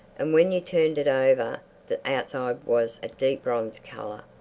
and when you turned it over the outside was a deep bronze colour.